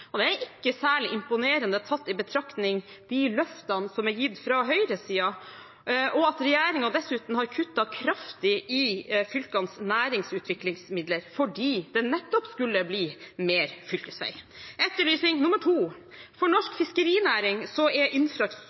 Det er ikke særlig imponerende, tatt i betraktning de løftene som er gitt fra høyresiden, at regjeringen dessuten har kuttet kraftig i fylkenes næringsutviklingsmidler fordi det nettopp skulle bli mer fylkesvei. Etterlysning nummer to: For norsk fiskerinæring er infrastrukturen selvfølgelig veldig viktig, som